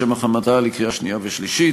לשם הכנתה לקריאה שנייה ושלישית.